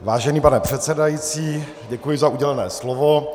Vážený pane předsedající, děkuji za udělené slovo.